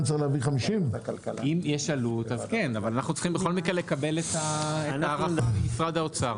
אנחנו צריכים לקבל את ההערכה ממשרד האוצר.